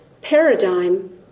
paradigm